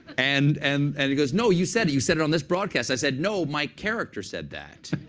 and and and he goes, no, you said it. you said it on this broadcast. i said, no, my character said that.